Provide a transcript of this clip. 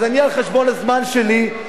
אז אני על חשבון הזמן שלי,